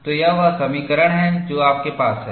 तो यह वह समीकरण है जो आपके पास है